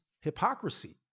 hypocrisy